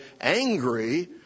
angry